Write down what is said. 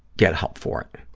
get help for it.